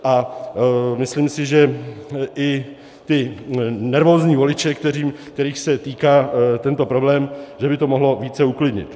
A myslím si, že i ty nervózní voliče, kterých se týká tento problém, by to mohlo více uklidnit.